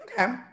okay